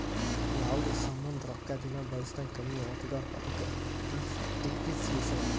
ಯಾವ್ದು ಸಾಮಾಂದ್ ರೊಕ್ಕಾ ದಿನಾ ಬಳುಸ್ದಂಗ್ ಕಮ್ಮಿ ಆತ್ತುದ ಅದುಕ ಡಿಪ್ರಿಸಿಯೇಷನ್ ಅಂತಾರ್